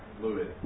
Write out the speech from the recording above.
Fluid